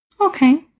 Okay